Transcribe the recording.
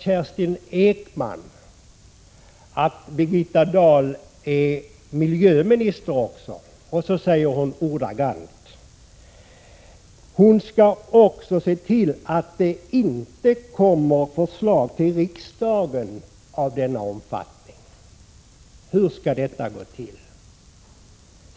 Kerstin Ekman framhåller att Birgitta Dahl även är miljöminister, och så säger hon ordagrant: Birgitta Dahl skall också se till att det inte kommer förslag till riksdagen av denna omfattning. Hur skall detta gå till?